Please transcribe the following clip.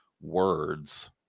words